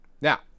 Now